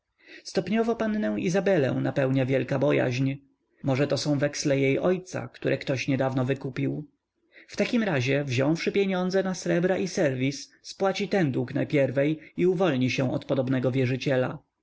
stopniowo pannę izabelę napełnia wielka bojaźń może to są weksle jej ojca które ktoś niedawno wykupił w takim razie wziąwszy pieniądze na srebra i serwis spłaci ten dług najpierwiej i uwolni się od podobnego wierzyciela